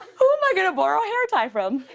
who am i gonna borrow a hair tie from?